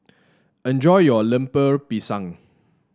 enjoy your Lemper Pisang